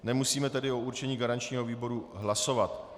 Nemusíme tedy o určení garančního výboru hlasovat.